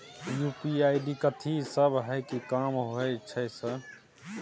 UPI ID कथि सब हय कि काम होय छय सर?